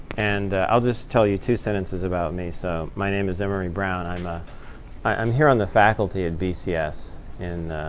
and i'll just tell you two sentences about me. so my name is emery brown. i'm ah i'm here on the faculty at bcs and